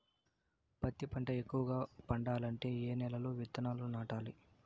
పత్తి పంట ఎక్కువగా పండాలంటే ఏ నెల లో విత్తనాలు నాటాలి?